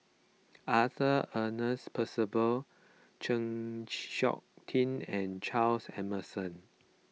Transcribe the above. Arthur Ernest Percival Chng Seok Tin and Charles Emmerson